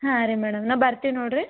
ಹಾಂ ರೀ ಮೇಡಮ್ ನಾ ಬರ್ತೀವಿ ನೋಡ್ರಿ